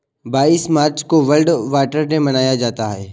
बाईस मार्च को world water day मनाया जाता है